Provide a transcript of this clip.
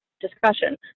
discussion